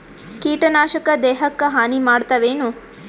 ಕೀಟನಾಶಕ ದೇಹಕ್ಕ ಹಾನಿ ಮಾಡತವೇನು?